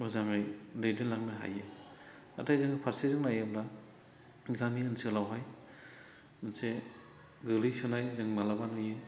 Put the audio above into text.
मोजाङै दैदेनलांनो हायो नाथाय जोङो फारसेजों नायोब्ला गामि ओनसोलावहाय मोनसे गोग्लैसोनाय जों माब्लाबा नुयो